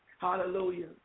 Hallelujah